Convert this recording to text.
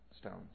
stones